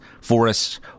forests